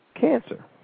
cancer